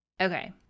Okay